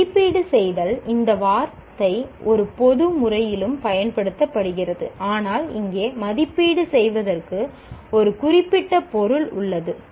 மதிப்பீடு செய்தல் இந்த வார்த்தை ஒரு பொது முறையிலும் பயன்படுத்தப்படுகிறது ஆனால் இங்கே மதிப்பீடு செய்வதற்கு ஒரு குறிப்பிட்ட பொருள் உள்ளது